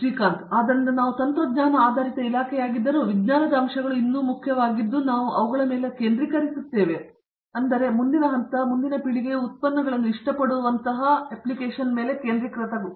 ಶ್ರೀಕಾಂತ್ ವೇದಾಂತಮ್ ಆದ್ದರಿಂದ ನಾವು ತಂತ್ರಜ್ಞಾನ ಆಧಾರಿತ ಇಲಾಖೆಯಾಗಿದ್ದರೂ ವಿಜ್ಞಾನದ ಅಂಶಗಳು ಇನ್ನೂ ಮುಖ್ಯವಾಗಿದ್ದು ನಾವು ಅವುಗಳ ಮೇಲೆ ಕೇಂದ್ರೀಕರಿಸುತ್ತೇವೆ ಆದರೆ ಮುಂದಿನ ಹಂತ ಮುಂದಿನ ಪೀಳಿಗೆಯು ಉತ್ಪನ್ನಗಳನ್ನು ಇಷ್ಟಪಡುವಂತಹ ಅಪ್ಲಿಕೇಶನ್ ಮೇಲೆ ಕೇಂದ್ರೀಕರಿಸುತ್ತೇವೆ